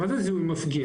מה זה זיהוי מפגין?